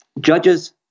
judges